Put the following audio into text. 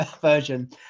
version